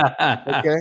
Okay